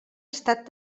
estat